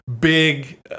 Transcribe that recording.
big